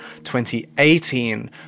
2018